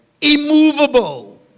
immovable